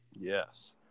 Yes